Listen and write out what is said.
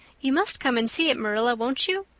you must come and see it, marilla won't you?